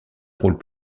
rôles